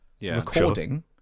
recording